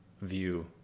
view